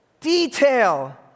detail